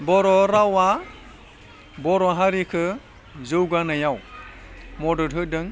बर' रावा बर' हारिखौ जौगानायाव मदद होदों